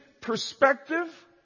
perspective